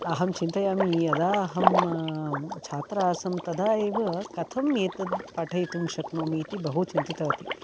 अहं चिन्तयामि यदा अहं छात्रा आसम् तदा एव कथम् एतत् पाठयतुं शक्नोमि इति बहु चिन्तितवती